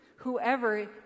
whoever